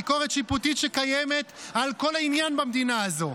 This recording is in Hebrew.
ביקורת שיפוטית שקיימת על כל עניין במדינה הזו,